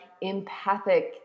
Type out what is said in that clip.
empathic